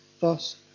thus